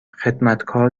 خدمتکار